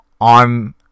on